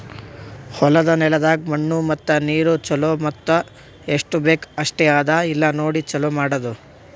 ಹೊಲದ ನೆಲದಾಗ್ ಮಣ್ಣು ಮತ್ತ ನೀರು ಛಲೋ ಮತ್ತ ಎಸ್ಟು ಬೇಕ್ ಅಷ್ಟೆ ಅದಾ ಇಲ್ಲಾ ನೋಡಿ ಛಲೋ ಮಾಡದು